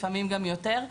לפעמים גם יותר,